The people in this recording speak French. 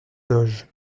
doge